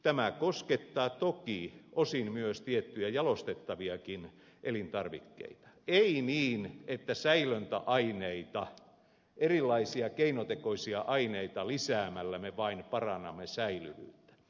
tämä koskettaa toki osin myös tiettyjä jalostettaviakin elintarvikkeita mutta ei niin että säilöntäaineita erilaisia keinotekoisia aineita lisäämällä me vain parannamme säilyvyyttä